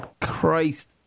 Christ